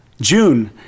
June